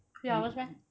three hours meh